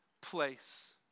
place